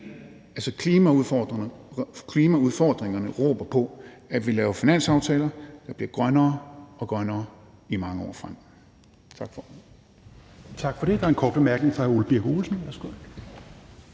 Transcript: klimaudfordringerne råber på, at vi laver finanslovsaftaler, der bliver grønnere og grønnere i mange år fremover. Tak for ordet.